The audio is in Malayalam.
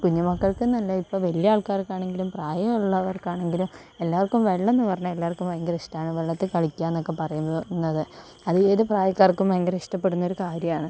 കുഞ്ഞു മക്കൾക്ക് എന്ന് അല്ല ഇപ്പോൾ വലിയ ആൾക്കാർക്ക് ആണെങ്കിലും പ്രായമുള്ളവർക്കാണെങ്കിലും എല്ലാർക്കും വെള്ളം എന്ന് പറഞ്ഞ എല്ലാർക്കും ഭയങ്കര ഇഷ്ടമാണ് വെള്ളത്തിൽ കളിക്ക എന്നൊക്കെ പറയുന്നത്ന്നത് അത് ഏത് പ്രായക്കാർക്കും ഭയങ്കര ഇഷ്ടപെടുന്ന ഒരു കാര്യമാണ്